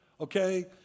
okay